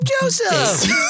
Joseph